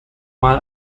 mal